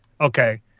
okay